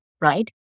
right